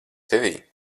tevī